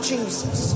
Jesus